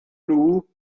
nhw